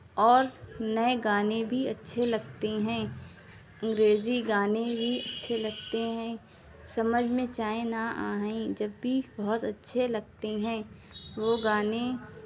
اور نئے گانے بھی اچھے لگتے ہیں انگریزی گانے بھی اچھے لگتے ہیں سمجھ میں چاہے نہ آئیں جب بھی بہت اچھے لگتے ہیں وہ گانے